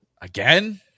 Again